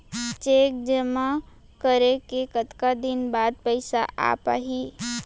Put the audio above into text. Cheque जेमा करे के कतका दिन बाद पइसा आप ही?